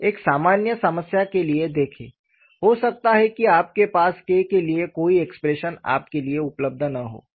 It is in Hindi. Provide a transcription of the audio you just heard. एक सामान्य समस्या के लिए देखें हो सकता है कि आपके पास K के लिए कोई एक्सप्रेशन आपके लिए उपलब्ध न हो